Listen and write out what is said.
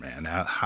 man